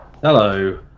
Hello